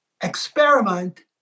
experiment